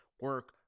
Work